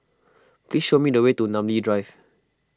please show me the way to Namly Drive